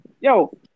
yo